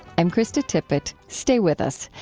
i'm krista tippett. stay with us.